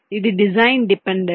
ఇది design dependent